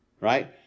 right